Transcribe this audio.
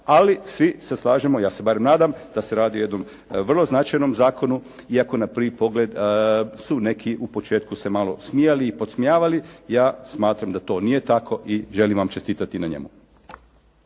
ali svi se slažemo, ja se bar nadam, da se radi o jednom vrlo značajnom zakonu iako na prvo pogled su neki u početku se malo smijali i podsmijavali. Ja smatram da to nije tako i želim vam čestitati na njemu.